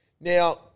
Now